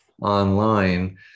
online